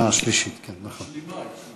מסיימת את השנה השלישית, נכון.